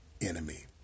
enemy